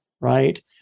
right